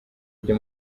byo